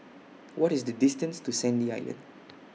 What IS The distance to Sandy Island